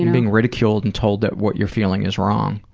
and being ridiculed and told what you're feeling is wrong.